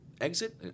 Exit